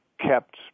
kept